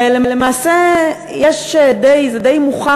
ולמעשה זה די מוכח,